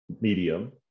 medium